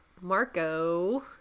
Marco